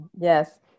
Yes